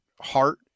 heart